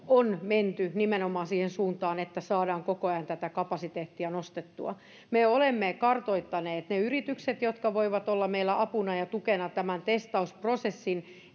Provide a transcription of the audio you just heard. on menty nimenomaan siihen suuntaan että saadaan koko ajan tätä kapasiteettia nostettua me olemme kartoittaneet ne yritykset jotka voivat olla meillä apuna ja tukena tämän testausprosessin